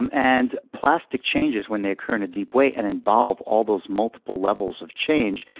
um and plastic changes, when they occur in a deep way and involve all those multiple levels of change,